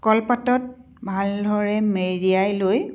কলপাতত ভালদৰে মেৰিয়াই লৈ